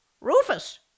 Rufus